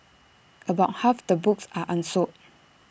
about half the books are unsold